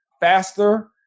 faster